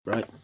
Right